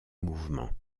mouvement